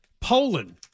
Poland